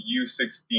U16